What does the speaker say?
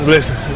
Listen